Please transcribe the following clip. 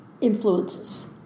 influences